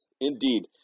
Indeed